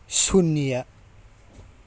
ꯁꯨꯅ꯭ꯌꯥ